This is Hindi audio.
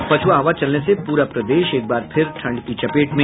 और पछुआ हवा चलने से पूरा प्रदेश एकबार फिर ठंड की चपेट में